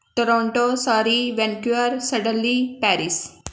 Toronto Surrey Vancouver Sydney Paris